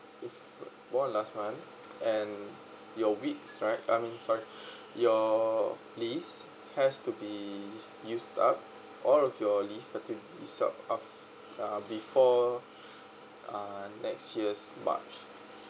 born last month and your weeks right I mean sorry your leaves has to be you start or if your leave start uh before uh next years march